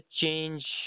change